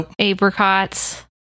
apricots